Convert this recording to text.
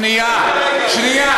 שנייה,